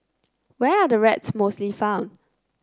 where are the rats mostly found